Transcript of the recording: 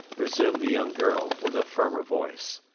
resumed the young girl, with a firmer voice.